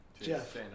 Jeff